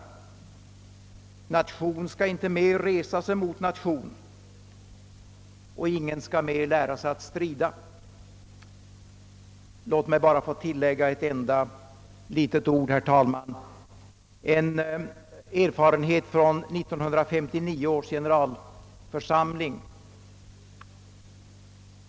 Nation skall inte mer resa sig mot nation, och ingen skall mer lära sig att strida.» Låt mig bara tillägga ett enda litet ord, herr talman, en erfarenhet från 1959 års generalförsamling.